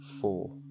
four